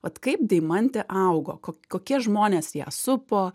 vat kaip deimantė augo ko kokie žmonės ją supo